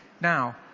Now